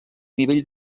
nivell